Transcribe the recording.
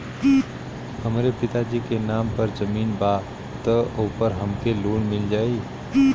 हमरे पिता जी के नाम पर जमीन बा त ओपर हमके लोन मिल जाई?